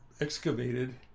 excavated